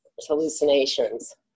hallucinations